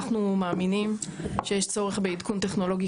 אנחנו מאמינים שיש צורך בעדכון טכנולוגי